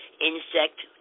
insect